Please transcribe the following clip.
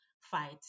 fight